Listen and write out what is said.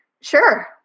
Sure